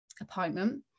appointment